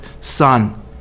son